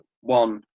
one